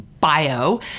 bio